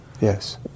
yes